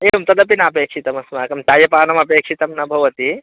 एवं तदपि नापेक्षितम् अस्माकं चायपानमपेक्षितं न भवति